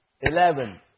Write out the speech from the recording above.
eleven